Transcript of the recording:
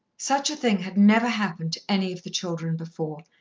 such a thing had never happened to any of the children before,